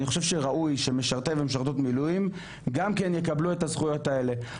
אני חושב שראוי שמשרתי ומשרתות מילואים גם כן יקבלו את הזכויות האלה,